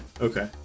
Okay